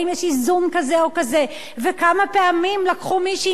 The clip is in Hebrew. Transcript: אם יש איזון כזה או כזה וכמה פעמים לקחו מישהי